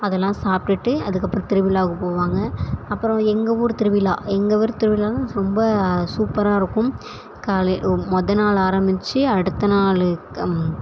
அதெல்லாம் சாப்பிட்டுட்டு அதுக்கப்புறம் திருவிழாவுக்கு போவாங்க அப்புறம் எங்கள் ஊர் திருவிழா எங்கள் ஊர் திருவிழான்னா ரொம்ப சூப்பராக இருக்கும் காலை மொதல் நாள் ஆரம்பித்து அடுத்த நாள் கம்